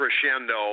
crescendo